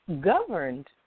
Governed